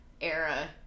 era